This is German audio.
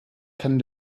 kann